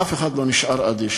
אף אחד לא נשאר אדיש.